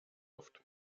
oft